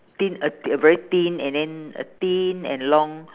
thin a th~ a very thin and then a thin and long